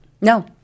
No